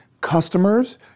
customers